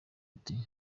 ati